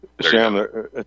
sam